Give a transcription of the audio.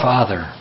Father